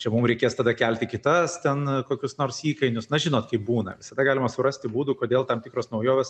čia mum reikės tada kelti kitas ten kokius nors įkainius na žinot kaip būna visada galima surasti būdų kodėl tam tikros naujovės